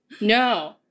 No